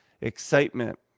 excitement